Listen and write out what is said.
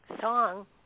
song